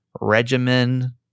regimen